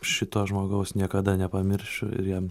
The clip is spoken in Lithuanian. šito žmogaus niekada nepamiršiu ir jam